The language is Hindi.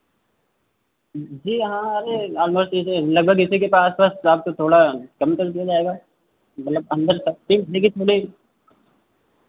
जी हाँ अरे से लगभग इसी के पास पास आपको थोड़ा कम कर दिया जाएगा मतलब अंदर तक के देखिए थोड़े